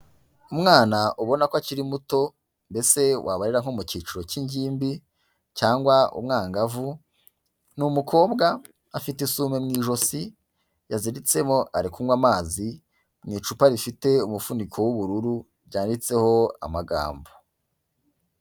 Umwana ubona ko akiri muto mbese wabarira nko mu cyiciro cy'ingimbi cyangwa umwangavu, ni umukobwa afite isume mu ijosi yaziritsemo ari kunywa amazi mu icupa rifite umufuniko w'ubururu, ryanditseho amagambo.